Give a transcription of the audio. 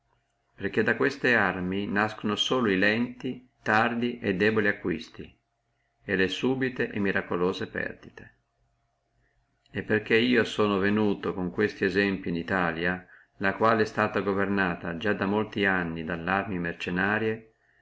perché da queste armi nascono solo e lenti tardi e deboli acquisti e le subite e miraculose perdite e perché io sono venuto con questi esempli in italia la quale è stata governata molti anni